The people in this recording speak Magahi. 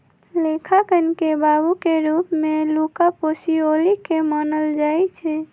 लेखांकन के बाबू के रूप में लुका पैसिओली के मानल जाइ छइ